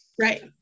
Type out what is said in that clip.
Right